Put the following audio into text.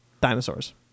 dinosaurs